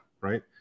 Right